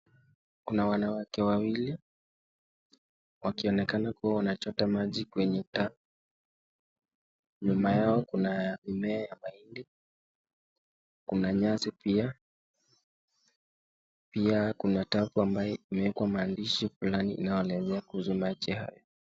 Kuna wanawake wawili wakionekana kuwa wanachota maji kwenye (cs) tap (cs), nyuma yao kuna mimea ya mahindi, kuna nyasi pia, pia kuna tapu ambayo imewekwa maandishi fulani inayoelezea kuhusu maji haya.